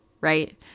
right